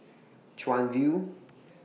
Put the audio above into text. Chuan View